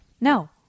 no